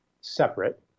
separate